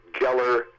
Geller